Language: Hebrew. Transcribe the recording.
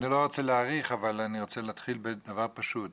אני אתחיל בדבר פשוט: